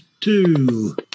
two